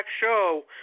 show